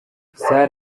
salah